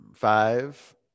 Five